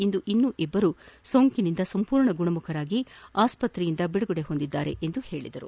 ಇಂದು ಇನ್ನೂ ಇಬ್ಲರು ಕೊರೊನಾ ಸೋಂಕಿನಿಂದ ಸಂಪೂರ್ಣ ಗುಣಮುಖರಾಗಿ ಆಸ್ಪತ್ರೆಯಿಂದ ಬಿಡುಗಡೆ ಹೊಂದಿದರು ಎಂದು ಹೇಳಿದರು